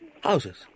Houses